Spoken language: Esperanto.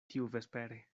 tiuvespere